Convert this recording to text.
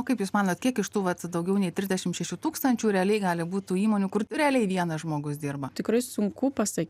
o kaip jūs manot kiek iš tų vat daugiau nei trisdešimt šešių tūkstančių realiai gali būt tų įmonių kur realiai vienas žmogus dirba tikrai sunku pasa